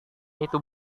itu